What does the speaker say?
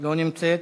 לא נמצאת.